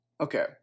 Okay